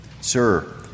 Sir